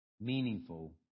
meaningful